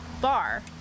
bar